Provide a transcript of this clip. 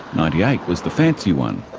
ninety eight was the fancy one.